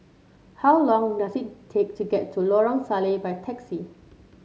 how long does it take to get to Lorong Salleh by taxi